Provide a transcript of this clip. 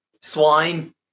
swine